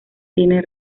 tiene